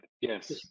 yes